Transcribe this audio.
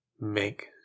make